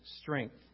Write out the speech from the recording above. strength